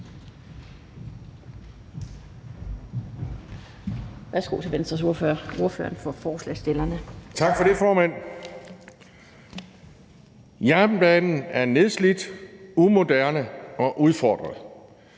Jernbanen er nedslidt, umoderne og udfordret.